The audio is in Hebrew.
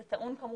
זה טעון כמובן